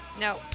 No